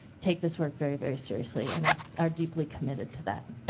take this work very, very seriously and ah are deeply committed to that.